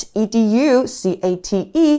educate